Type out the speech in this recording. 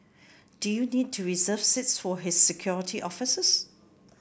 do you need to reserve seats for his security officers